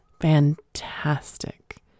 fantastic